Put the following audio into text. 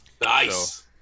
Nice